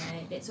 ya